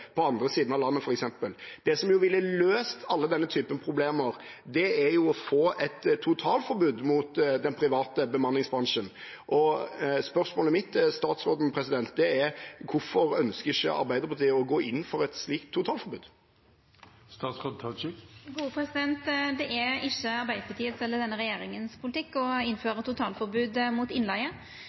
på andre siden av landet. Det som ville løst alle problemer av denne typen, er jo å få et totalforbud mot den private bemanningsbransjen. Spørsmålet mitt til statsråden er: Hvorfor ønsker ikke Arbeiderpartiet å gå inn for et slikt totalforbud? Det er ikkje politikken til Arbeidarpartiet eller denne regjeringa å innføra totalforbod mot